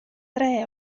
dre